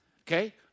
Okay